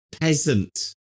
peasant